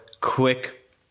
quick